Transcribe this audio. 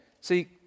See